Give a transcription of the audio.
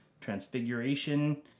transfiguration